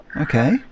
Okay